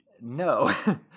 No